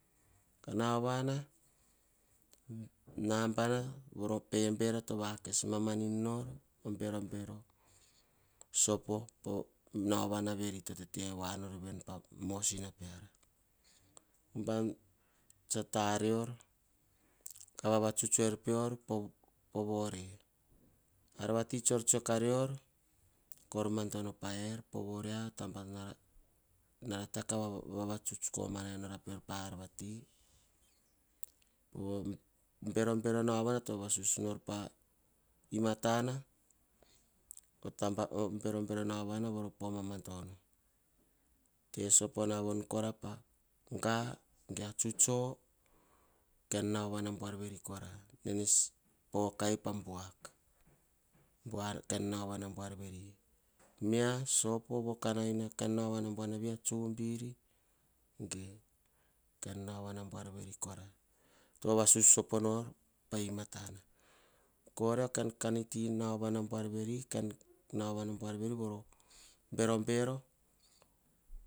Nauvana anabana voro pero. Toh mama ninor oh berobero sopo poh nauvana veri to tete nor en mosina. Hubam tsa tarior kah vavatsuta en pior ovore. Ar vati tsor tsor kah rior kor madano er oyia oh tamba nara vavatsuts komana enokra peor. Hubam to vavasus nor pah ematana berobero nauva voro mamadono. Tesopona pah vokana nauvana buar veri. A tsubiri ge oh kain nauovana buar veri kora to vavasus sopo nor pah emanatana oria oh kain nauova buar veri.